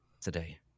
today